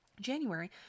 January